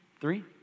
three